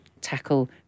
tackle